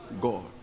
God